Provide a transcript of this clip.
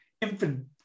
infant